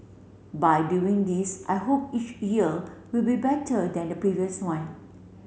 by doing this I hope each year will be better than the previous one